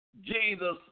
Jesus